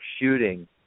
shooting